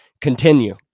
continue